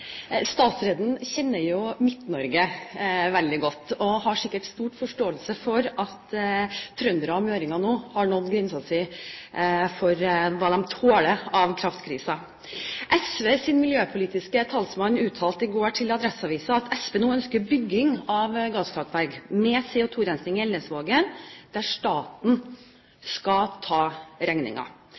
Statsråden kjenner jo Midt-Norge veldig godt og har sikkert stor forståelse for at trøndere og møringer nå har nådd grensen for hva de tåler av kraftkriser. SVs miljøpolitiske talsmann uttalte i går til Adresseavisen at SV nå ønsker bygging av gasskraftverk med CO2-rensing i Elnesvågen, der staten skal ta